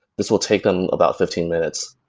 this will take them about fifteen minutes.